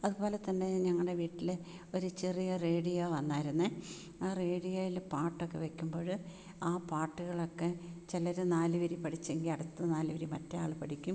അതുപോലെതന്നെ ഞങ്ങളുടെ വീട്ട്ല് ഒര്ചെറിയ റേഡിയോ വന്നായിരുന്നേ ആ റേഡിയോയില് പാട്ടൊക്കെ വെക്കുമ്പോഴ് ആ പാട്ടുകളൊക്കെ ചിലര് നാല് വരി പഠിച്ചെങ്കിൽ അടുത്ത നാല് വരി മറ്റെ ആൾ പഠിക്കും